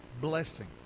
blessing